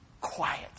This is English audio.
quiet